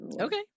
Okay